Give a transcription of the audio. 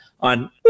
on